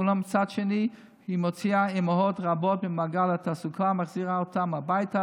אולם מצד שני היא מוציאה אימהות רבות ממעגל התעסוקה ומחזירה אותן הביתה,